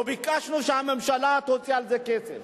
לא ביקשנו שהממשלה תוציא על זה כסף.